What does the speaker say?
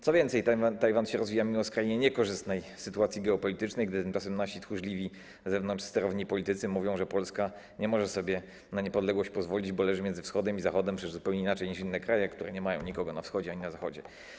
Co więcej, Tajwan rozwija się mimo skrajnie niekorzystnej sytuacji geopolitycznej, gdy tymczasem nasi tchórzliwi, na zewnątrz sterowni politycy mówią, że Polska nie może sobie na niepodległość pozwolić, bo leży między wschodem i zachodem, przecież zupełnie inaczej niż inne kraje, które nie mają nikogo na wschodzie ani na zachodzie.